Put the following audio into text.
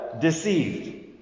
deceived